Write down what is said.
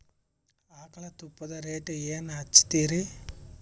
ಆಕಳ ತುಪ್ಪದ ರೇಟ್ ಏನ ಹಚ್ಚತೀರಿ?